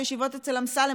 וישיבות אצל אמסלם,